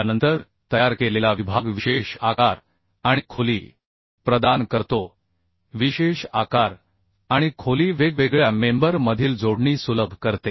त्यानंतर तयार केलेला विभाग विशेष आकार आणि खोली प्रदान करतो विशेष आकार आणि खोली वेगवेगळ्या मेंबर मधील जोडणी सुलभ करते